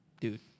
dude